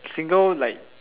single one like